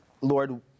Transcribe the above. Lord